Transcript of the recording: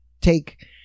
take